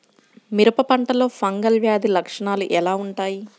మిరప పంటలో ఫంగల్ వ్యాధి లక్షణాలు ఎలా వుంటాయి?